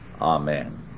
Amen